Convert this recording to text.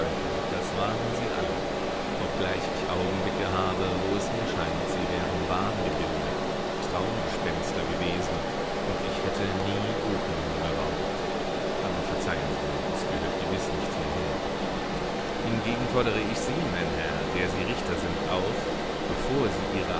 das waren sie alle obgleich ich augenblicke habe wo es mir scheint sie wären wahngebilde traumgespenster gewesen und ich hätte nie opium geraucht aber verzeihen sie mir das gehört gewiß nicht hierher hingegen fordere ich sie mein herr der sie richter sind auf bevor sie ihre